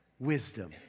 Wisdom